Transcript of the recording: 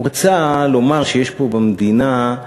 הוא רצה לומר שיש פה, במדינה,